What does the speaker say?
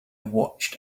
watched